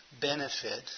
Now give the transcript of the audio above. benefit